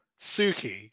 Suki